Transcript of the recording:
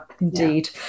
indeed